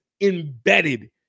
embedded